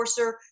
Forcer